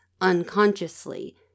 unconsciously